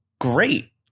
great